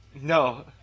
No